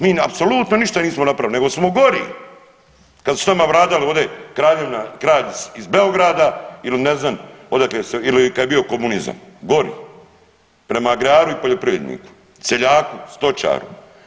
Mi apsolutno ništa nismo napravili, nego smo gori kad su sa nama vladali ovdje kralj iz Beograda ili ne znam odakle sve ili kad je bio komunizam, gori prema agraru i poljoprivredniku, seljaku, stočaru.